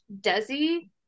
Desi